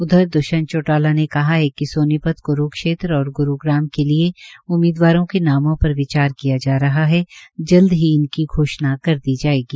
उधर दुष्यंत चौटाला ने कहा कि सोनीपत क्रूक्षेत्र और ग्रूग्राम के लिये उम्मीदवारों के नामों पर विचार किया जा रहा है जल्द ही उनकी घोषणा कर दी जायेगी